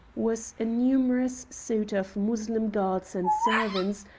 was a numerous suite of moslem guards and servants,